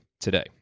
today